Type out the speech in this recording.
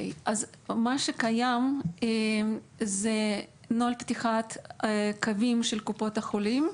קיים נוהל פתיחת קווים של קופות החולים.